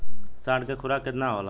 साँढ़ के खुराक केतना होला?